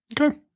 Okay